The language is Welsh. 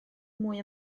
mwy